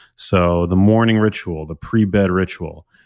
so the morning ritual, the pre-bed ritual,